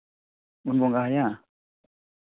ᱵᱚᱱ ᱵᱚᱸᱜᱟ ᱦᱟᱭᱟ